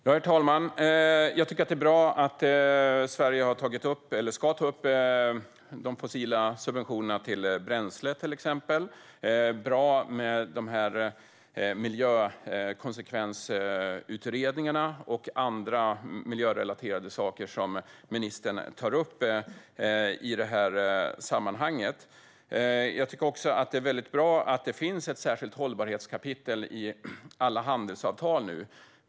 Herr talman! Jag tycker att det är bra att Sverige ska ta upp subventionerna till fossilt bränsle till exempel. Det är bra med de här miljökonsekvensutredningarna och andra miljörelaterade saker som ministern tar upp i sammanhanget. Jag tycker också att det är väldigt bra att det finns ett särskilt hållbarhetskapitel i alla handelsavtal nu.